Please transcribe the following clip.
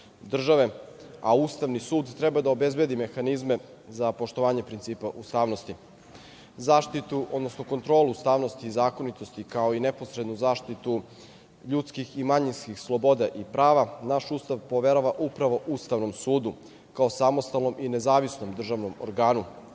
a Ustavni sud treba da obezbedi mehanizme za poštovanje principa u stvarnosti. Zaštitu, odnosno kontrolu ustavnosti i zakonitosti, kao i neposrednu zaštitu ljudskih i manjinskih sloboda i prava, naš Ustav poverava upravo Ustavnom sudu kao samostalnom i nezavisnom državnom organu.